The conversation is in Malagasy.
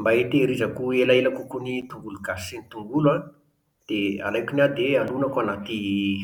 Mba hitehirizako elaela kokoa ny tongolo gasy sy tongolo an dia alaiko ny ahy dia alonako anaty